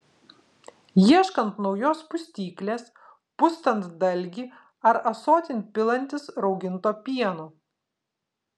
ieškant naujos pustyklės pustant dalgį ar ąsotin pilantis rauginto pieno